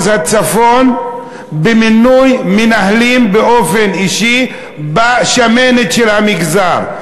הצפון במינוי מנהלים באופן אישי בשמנת של המגזר.